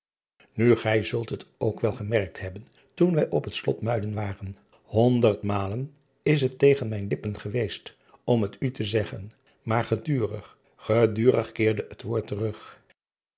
illegonda uisman ook wel gemerkt hebben toen wij op het lot van uiden waren onderdmalen is het tegen mijn lippen geweest om het u te zeggen maar gedurig gedurig keerde het woord terug